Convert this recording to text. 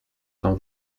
tam